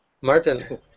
Martin